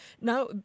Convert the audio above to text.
Now